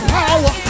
power